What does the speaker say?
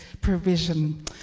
provision